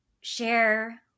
share